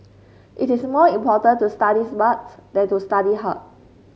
it is more important to study smart than to study hard